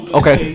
okay